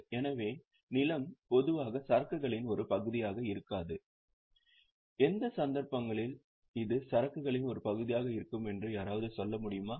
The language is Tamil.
எனவே நிலம் பொதுவாக சரக்குகளின் ஒரு பகுதியாக இருக்காது எனவே எந்த சந்தர்ப்பங்களில் இது சரக்குகளின் ஒரு பகுதியாக இருக்கும் என்று யாராவது சொல்ல முடியுமா